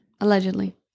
Allegedly